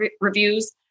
reviews